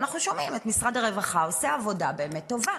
ואנחנו שומעים את משרד הרווחה עושה עבודה באמת טובה,